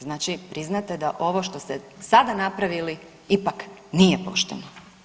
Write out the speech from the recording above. Znači priznate da ovo što ste sada napravili ipak nije pošteno.